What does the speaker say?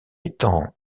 étant